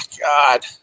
God